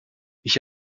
ich